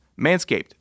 Manscaped